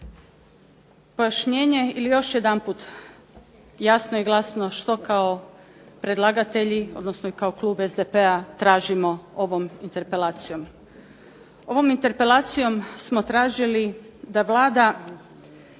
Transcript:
Pojašnjenje ili još jedanput jasno i glasno što kao predlagatelji, odnosno i kao klub SDP-a tražimo ovom interpelacijom. Ovom interpelacijom smo tražili da Vlada